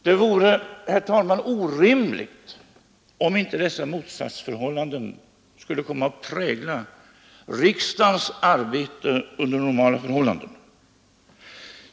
Det vore, herr talman, orimligt om inte dessa motsatsförhållanden skulle komma att prägla riksdagens arbete under normala förhållanden.